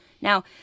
Now